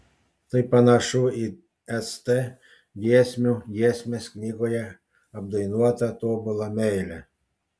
tai panašu į st giesmių giesmės knygoje apdainuotą tobulą meilę